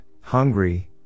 hungry